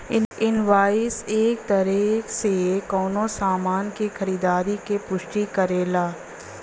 invoice एक तरे से कउनो सामान क खरीदारी क पुष्टि करेला